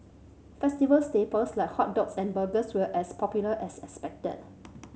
festival staples like hot dogs and burgers were as popular as expected